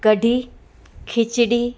kadhi khichdi